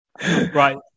right